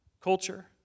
culture